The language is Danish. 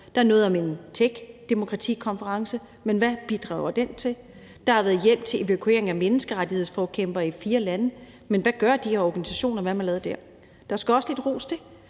Der er noget om en techdemokratikonference, men hvad bidrager den til? Der har været hjælp til evakuering af menneskerettighedsforkæmpere i fire lande, men hvad gør de organisationer, og hvad har man lavet der? Kl. 16:04 Der skal også lidt ros til,